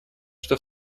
что